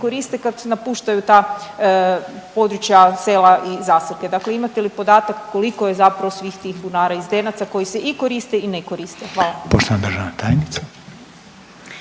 koriste kad se napuštaju ta područja sela i zaselke, dakle imate li podatak koliko je zapravo svih tih bunara i zdenaca koji se i koriste i ne koriste? Hvala.